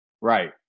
Right